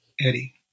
Eddie